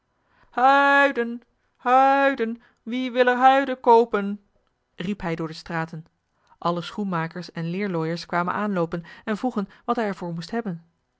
huiden huiden wie wil er huiden koopen riep hij door de straten alle schoenmakers en leerlooiers kwamen aanloopen en vroegen wat hij er voor moest hebben